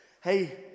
hey